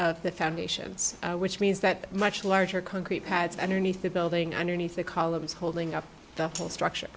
of the foundations which means that much larger concrete pads underneath the building underneath the columns holding up the structure